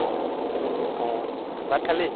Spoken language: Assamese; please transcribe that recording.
অঁ ভাত খালি